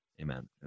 Amen